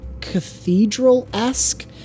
cathedral-esque